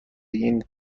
این